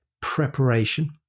preparation